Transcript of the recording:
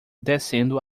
descendo